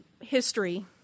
history